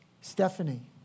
Stephanie